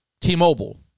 T-Mobile